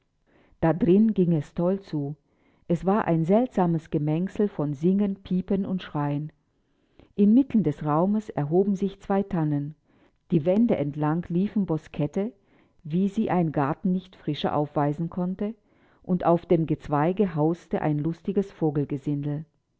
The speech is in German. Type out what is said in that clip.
da drin ging es toll zu es war ein seltsames gemengsel von singen piepen und schreien inmitten des raumes erhoben sich zwei tannen die wände entlang liefen boskette wie sie ein garten nicht frischer aufweisen konnte und auf dem gezweige hauste ein lustiges